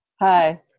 Hi